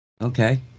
Okay